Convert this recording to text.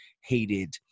hated